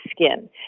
skin